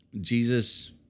Jesus